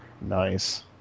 Nice